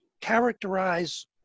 characterize